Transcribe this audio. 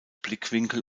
blickwinkel